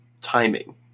timing